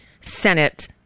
Senate